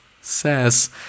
says